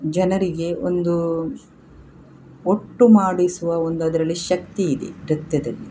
ಜನರಿಗೆ ಒಂದು ಒಟ್ಟು ಮಾಡಿಸುವ ಒಂದು ಅದರಲ್ಲಿ ಶಕ್ತಿ ಇದೆ ನೃತ್ಯದಲ್ಲಿ